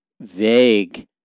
vague